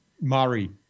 Murray